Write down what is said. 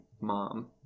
Mom